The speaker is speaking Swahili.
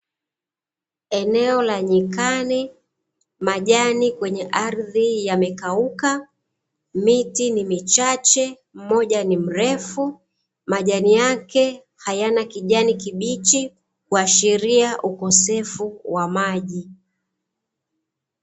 Eneo la nyikani, majani kwenye ardhi yamekauka, miti ni michache mmoja ni mrefu majani yake hayana kijani kibichi kuashiria ukosefu wa maji.